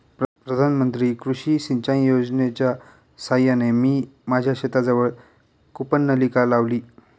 प्रधानमंत्री कृषी सिंचाई योजनेच्या साहाय्याने मी माझ्या शेताजवळ कूपनलिका लावली